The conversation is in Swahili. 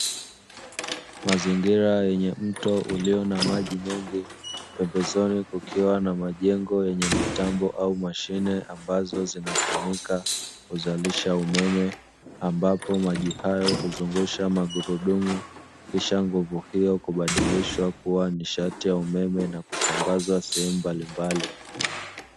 Mazingizra yenye mto ulio na maji mengi pembezoni kukiwa na majengo yenye mitambo au mashine ambazo zinztumika kuzalisha umeme, ambapo maji hayo huzungusha magurudumu kisha nguvu hiyo kubadilishwa kuwa nishati ya umeme na kusambazwa sehemu mbalimbali.